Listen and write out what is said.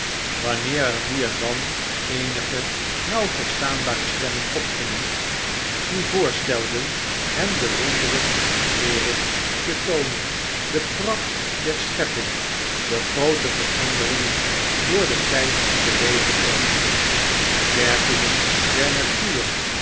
wanneer er nu en dan eenige nauw ver'staanbare stemmen opgingen die voorstelden hem de woncteren der wereld te toonen de pracht der schepping de groote veranderingen door den tyd teweeggebracht de werkingen der natuur